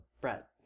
Brett